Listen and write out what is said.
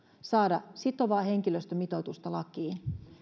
saada sitovaa henkilöstömitoitusta lakiin